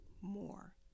more